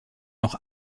noch